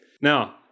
Now